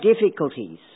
difficulties